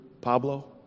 Pablo